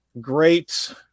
great